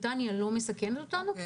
בריטניה לא מסכנת אותנו,